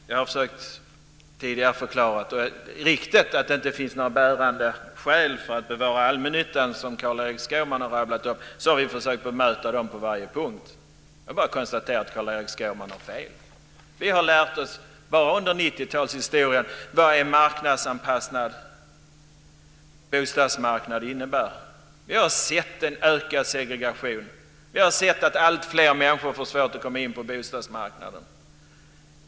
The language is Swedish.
Fru talman! Jag har tidigare försökt förklara motiven. Ryktena att det inte finns några bärande skäl för att bevara allmännyttan, som Carl-Erik Skårman har rabblat upp, har vi försökt att bemöta på varje punkt. Jag konstaterar bara att Carl-Erik Skårman har fel. Vi har lärt oss bara under 90-talets historia vad en marknadsanpassad bostadsmarknad innebär. Vi har sett en ökad segregation. Vi har sett att alltfler människor får svårt att komma in på bostadsmarknaden.